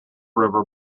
river